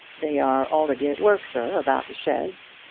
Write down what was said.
they are already at work, sir, about the sheds.